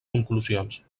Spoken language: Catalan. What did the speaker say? conclusions